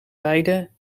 beide